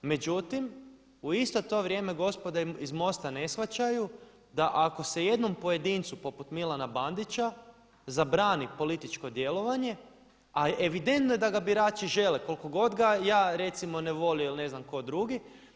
Međutim u isto to vrijeme gospoda iz MOST-a ne shvaćaju da ako se jednom pojedincu poput Milana Bandića zabrani političko djelovanje, a evidentno je da ga birači žele koliko god ga ja recimo ne volio ili ne znam tko drugi.